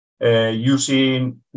using